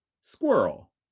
Squirrel